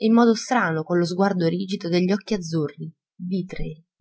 in modo strano con lo sguardo rigido degli occhi azzurri vitrei